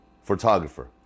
photographer